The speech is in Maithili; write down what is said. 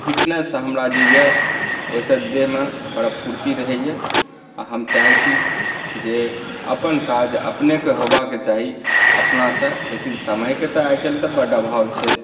फिटनेस हमरा जे यए ओहिसँ देहमे बड़ा फुर्ती रहैए आ हम चाहैत छी जे अपन काज अपनेके होयबाक चाही अपनासँ लेकिन समयके तऽ आइ काल्हि तऽ बड्ड अभाव छै